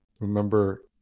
remember